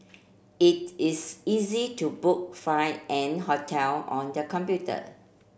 it is easy to book flight and hotel on the computer